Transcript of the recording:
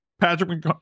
Patrick